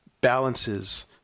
balances